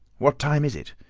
what time is it?